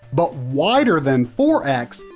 but wider than four x,